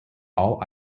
all